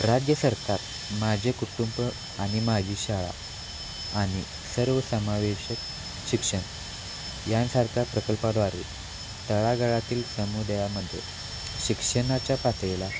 राज्य सरकार माझे कुटुंब आणि माझी शाळा आणि सर्व समावेशक शिक्षण यासारख्या प्रकल्पाद्वारे तळागाळातील समुदायामध्ये शिक्षणाच्या पातळीला